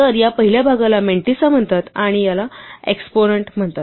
तर या पहिल्या भागाला मंटिसा म्हणतात आणि याला एक्स्पोनेन्ट म्हणतात